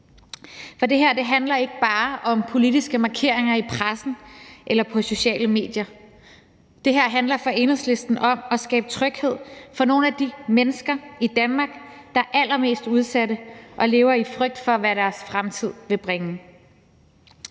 For det her handler ikke bare om politiske markeringer i pressen eller på sociale medier. Det her handler for Enhedslisten om at skabe tryghed for nogle af de mennesker i Danmark, der er allermest udsat og lever i frygt for, hvad deres fremtid vil bringe.